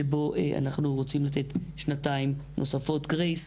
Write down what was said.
שבה אנחנו רוצים לתת שנתיים נוספות grace,